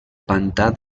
pantà